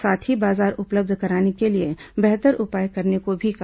साथ ही बाजार उपलब्ध कराने के लिए बेहतर उपाय करने को भी कहा